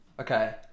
okay